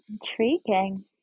Intriguing